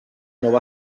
nova